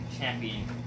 Champion